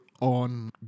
on